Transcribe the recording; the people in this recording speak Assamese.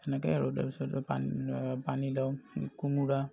সেনেকৈ আৰু তাৰপাছত পানীলাও কোমোৰা